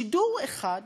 שידור אחד,